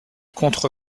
contre